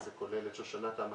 וזה כולל את שושנת העמקים.